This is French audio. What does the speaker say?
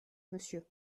monsieur